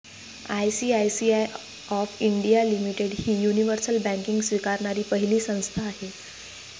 ICICI of India limited ही universal banking स्वीकारणारी पहिली संस्था आहे